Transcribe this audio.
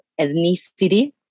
ethnicity